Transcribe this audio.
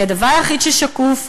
כי הדבר היחיד ששקוף,